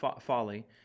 folly